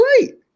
great